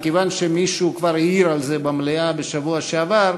מכיוון שמישהו כבר העיר על זה במליאה בשבוע שעבר,